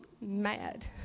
mad